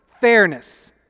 fairness